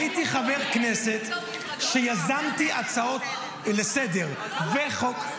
הייתי חבר הכנסת שיזמתי הצעות לסדר-היום וחוקים.